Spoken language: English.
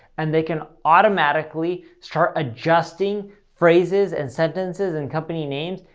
and they can automatically start adjusting phrases and sentences and company names,